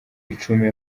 icumi